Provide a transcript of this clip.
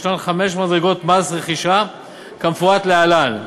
יש חמש מדרגות מס רכישה כמפורט להלן: